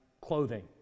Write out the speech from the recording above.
clothing